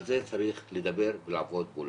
על זה צריך לדבר ולעבוד מולם.